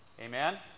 Amen